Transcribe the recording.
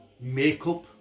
makeup